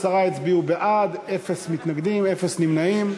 עשרה הצביעו בעד, אפס מתנגדים, אפס נמנעים.